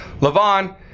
LaVon